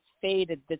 faded